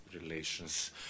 relations